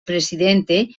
presidente